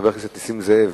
הכנסת נסים זאב: